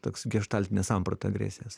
toks geštaltinė samprata agresijos